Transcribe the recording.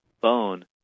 bone